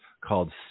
called